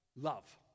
love